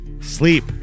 sleep